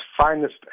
finest